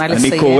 נא לסיים.